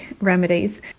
remedies